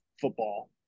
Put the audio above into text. football